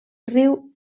riu